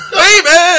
baby